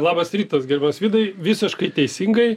labas rytas gerbiamas vidai visiškai teisingai